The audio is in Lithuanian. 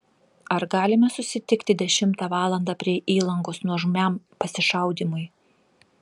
ar galime susitikti dešimtą valandą prie įlankos nuožmiam pasišaudymui